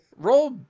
Roll